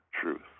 truth